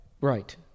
Right